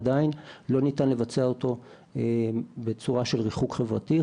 עדיין לא ניתן לבצע אותו בצורה של ריחוק חברתי.